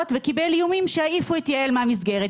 וקיבל איומים שיעיפו את יעל מהמסגרת.